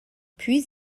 puis